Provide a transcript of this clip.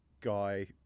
guy